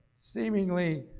seemingly